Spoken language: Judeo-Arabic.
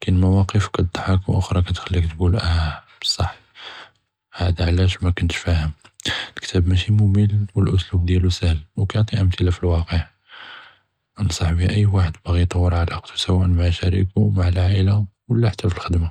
כִּין מואקף כִּתְדַּחֵק ואֻכְרַא תְחַלִּיכּ תְגוּל אאאה, אלכתאב משי מְמִל ולאסלובּ דיאלו יאהל וכִּיעְטִי אִמְתִלַה פִלְוַאקְע, ננצח בה אִי וַאחֶד כִּיהֵבּ יְטַוַור עלאקתֻו סַוַאעַ מַע שְרִיקו, עַאִלתו ולא חַתַּא פַלְחְדְמַה.